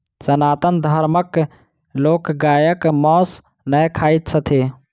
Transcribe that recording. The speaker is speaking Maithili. सनातन धर्मक लोक गायक मौस नै खाइत छथि